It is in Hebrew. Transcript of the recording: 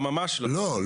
לא, ממש לא.